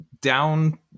down